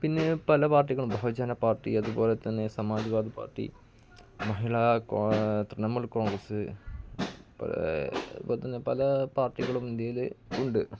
പിന്നെ പല പാർട്ടികളുണ്ട് ബഹുജനപ്പാർട്ടി അതുപോലെ തന്നെ സമാജ്വാദി പാർട്ടി തൃണമൂൽ കോൺഗ്രസ്സ് ഇപ്പോള്ത്തന്നെ പല പാർട്ടികളും ഇന്ത്യയില് ഉണ്ട്